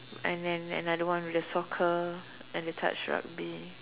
and then another one with the soccer and the touch rugby